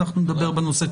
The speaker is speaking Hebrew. אנחנו נדבר בנושא.